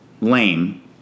lame